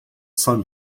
son